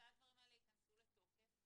מתי הדברים האלה יכנסו לתוקף?